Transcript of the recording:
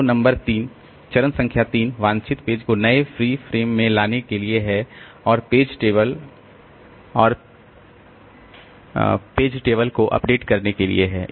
तो नंबर 3 चरण संख्या 3 वांछित पेज को नए फ्री फ्रेम में लाने के लिए है और पेज टेबल और फ्रेम टेबल को अपडेट करने के लिए है